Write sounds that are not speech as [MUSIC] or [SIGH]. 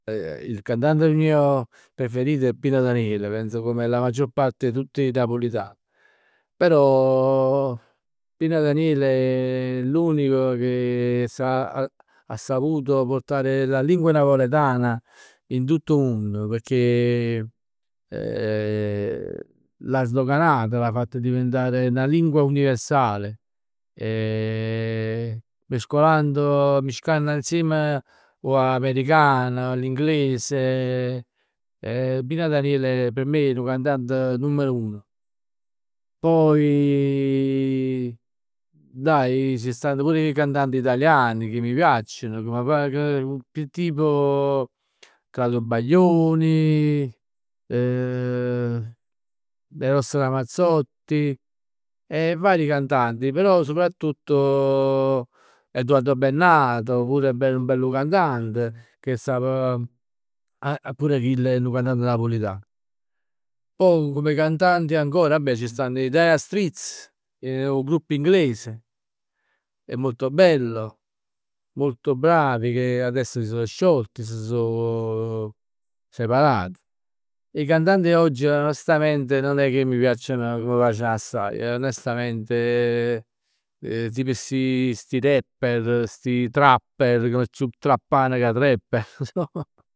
[HESITATION] Il cantante mio preferito è Pino Daniele, penso come la maggior parte 'e tutt 'e napulitan. Però [HESITATION] Pino Daniele [HESITATION] è l'unico che [HESITATION] sa, ha saputo portare la lingua napoletana in tutto 'o munn, pecchè [HESITATION] l'ha sdoganata, l'ha fatta diventare una lingua universale [HESITATION] mescolando, miscann insiem 'o america, l'inglese. [HESITATION] Pino Daniele p' me è nu cantante numero uno. Poi [HESITATION] dai ci stanno pure 'e cantant italiani che mi piacciono, come [HESITATION] tipo [HESITATION] Claudio Baglioni, [HESITATION] Eros Ramazzotti, [HESITATION] vari cantanti, però soprattutto [HESITATION] Edoardo Bennato, pure è nu bellu cantante. Che sap, pur chill è nu cantante napulitan. Pò come cantanti ancora, vabbe ci stanno i Dire Straits, 'o gruppo inglese è molto bello, molto bravi che adesso si sò sciolti, si sò [HESITATION] separati. 'E cantanti 'e oggi onestamente nun è che mmi piacciono, ca m' piaceno assaje, onestamente [HESITATION] tipo sti sti rapper, sti trapper, cà so chiù trappani ca trapper